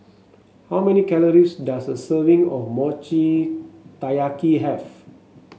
how many calories does a serving of Mochi Taiyaki have